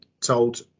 told